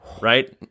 right